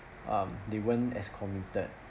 um they weren't as committed